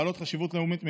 בעלות חשיבות לאומית מיוחדת,